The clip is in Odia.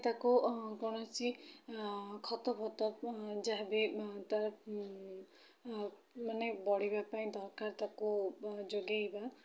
ତାକୁ କୌଣସି ଖତ ଫତ ଯାହାବି ତା ମାନେ ବଢ଼ିବା ପାଇଁ ଦରକାର ତାକୁ ଯୋଗାଇବା